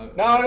no